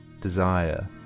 desire